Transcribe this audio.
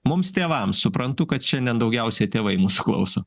mums tėvams suprantu kad šiandien daugiausiai tėvai mūsų klauso